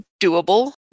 doable